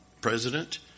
president